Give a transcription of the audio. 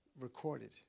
recorded